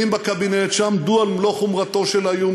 בקבינט שעמדו על מלוא חומרתו של האיום,